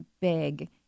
big